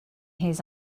his